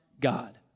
God